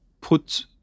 put